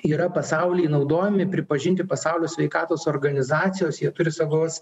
yra pasauly naudojami pripažinti pasaulio sveikatos organizacijos jie turi savos